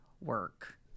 work